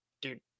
dude